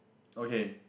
okay